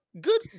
Good